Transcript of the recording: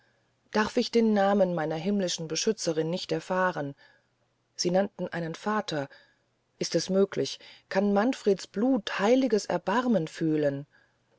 darf ich den namen meiner himmlischen beschützerin nicht erfahren sie nannten einen vater ist es möglich kann manfreds blut heiliges erbarmen fühlen